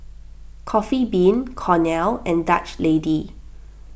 Coffee Bean Cornell and Dutch Lady